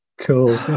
cool